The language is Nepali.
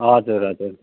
हजुर हजुर